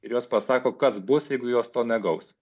ir jos pasako kas bus jeigu jos to negaus